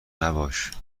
نباش